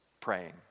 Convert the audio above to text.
praying